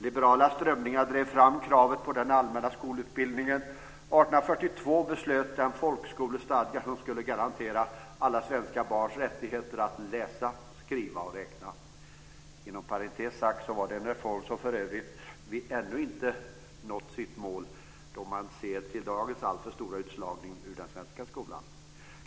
Liberala strömningar drev fram kravet på den allmänna skolutbildningen, och 1842 beslöts den folkskolestadga som skulle garantera alla svenska barns rättighet att lära sig läsa, skriva och räkna. Inom parentes sagt var det en reform som för övrigt ännu inte nått sitt mål, då man ser till dagens alltför stora utslagning ur den svenska skolan.